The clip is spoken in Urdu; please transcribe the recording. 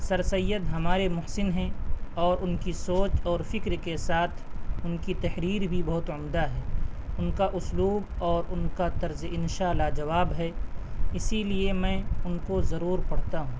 سر سید ہمارے محسن ہیں اور ان کی سوچ اور فکر کے ساتھ ان کی تحریر بھی بہت عمدہ ہے ان کا اسلوب اور ان کا طرز انشاء لاجواب ہے اسی لیے میں ان کو ضرور پڑھتا ہوں